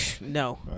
No